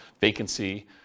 vacancy